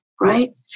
right